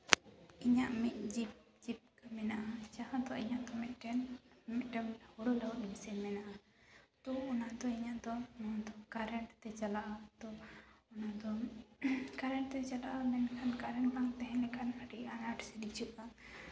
ᱤᱧᱟᱹᱜ ᱢᱤᱫ ᱡᱤᱵᱽ ᱡᱤᱵᱠᱟᱹ ᱢᱮᱱᱟᱜᱼᱟ ᱡᱟᱦᱟᱸ ᱫᱚ ᱤᱧᱟᱹᱜ ᱢᱤᱫᱴᱮᱱ ᱢᱤᱫᱴᱮᱱ ᱦᱩᱲᱩ ᱞᱟᱹᱦᱩᱫ ᱢᱮᱥᱤᱱ ᱢᱮᱱᱟᱜᱼᱟ ᱛᱳ ᱚᱱᱟᱫᱚ ᱤᱧᱟᱹᱜ ᱫᱚ ᱱᱚᱣᱟ ᱫᱚ ᱠᱟᱨᱮᱱᱴᱛᱮ ᱪᱟᱞᱟᱜᱼᱟ ᱛᱳ ᱚᱱᱟᱫᱚ ᱠᱟᱨᱮᱱᱴ ᱛᱮ ᱪᱟᱞᱟᱜᱼᱟ ᱢᱮᱱᱠᱷᱟᱱ ᱠᱟᱨᱮᱱᱴ ᱵᱟᱝ ᱛᱟᱦᱮᱸ ᱞᱮᱱᱠᱷᱟᱱ ᱟᱹᱰᱤ ᱟᱱᱟᱴ ᱥᱤᱨᱡᱟᱹᱜᱼᱟ